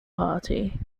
party